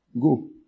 Go